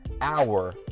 hour